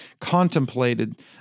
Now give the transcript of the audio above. contemplated